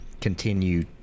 continue